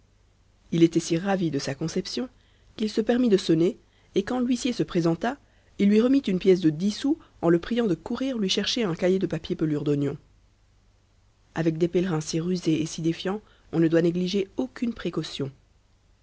il était si ravi de sa conception qu'il se permit de sonner et quand l'huissier se présenta il lui remit une pièce de dix sous en le priant de courir lui chercher un cahier de papier pelure d'oignon avec des pèlerins si rusés et si défiants on ne doit négliger aucune précaution